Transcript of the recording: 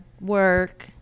work